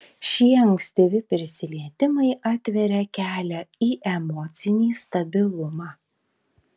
šie ankstyvi prisilietimai atveria kelią į emocinį stabilumą